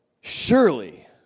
surely